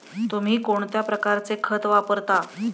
तुम्ही कोणत्या प्रकारचे खत वापरता?